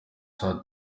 saa